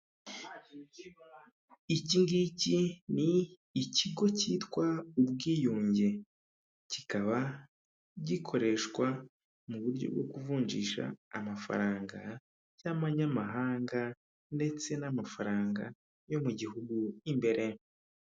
Iki ngiki ni ikigo cyitwa Ubwiyunge kikaba gikoreshwa mu buryo bwo kuvunjisha amafaranga y'amanyamahanga ndetse n'amafaranga yo mu gihugu imbere.